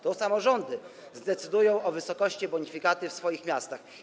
To samorządy zdecydują o wysokości bonifikaty w swoich miastach.